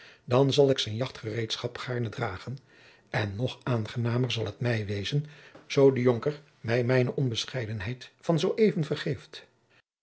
dan zal ik zijn jacht gereedschap gaarne dragen en nog aangenamer zal het mij wezen zoo de jonker mij mijne onbescheidenheid van zoo even vergeeft